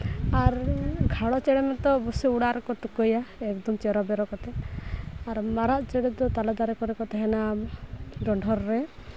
ᱟᱨ ᱜᱷᱮᱸᱣᱲᱟ ᱪᱮᱬᱮ ᱢᱟᱛᱚ ᱵᱩᱥᱩᱵ ᱚᱲᱟᱜ ᱨᱮᱠᱚ ᱛᱩᱠᱟᱹᱭᱟ ᱮᱠᱫᱚᱢ ᱪᱮᱨᱚ ᱵᱮᱨᱚ ᱠᱟᱛᱮᱫ ᱟᱨ ᱢᱤᱨᱩ ᱪᱮᱬᱮ ᱫᱚ ᱛᱟᱞᱮ ᱫᱟᱨᱮ ᱠᱚᱨᱮ ᱠᱚ ᱛᱟᱦᱮᱱᱟ ᱰᱚᱸᱰᱷᱚᱨ ᱨᱮ